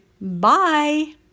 Bye